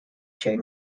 chain